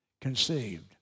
conceived